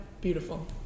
beautiful